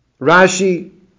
Rashi